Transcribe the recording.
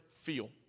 feel